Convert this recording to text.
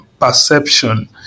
perception